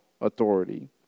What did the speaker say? authority